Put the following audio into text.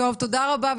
תודה רבה.